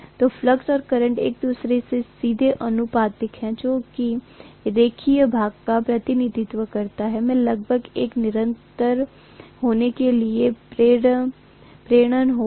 तो फ्लक्स और करंट एक दूसरे के सीधे आनुपातिक हैं जो कि रेखीय भाग का प्रतिनिधित्व करता है मैं लगभग एक निरंतर होने के लिए प्रेरण होगा